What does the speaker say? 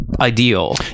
ideal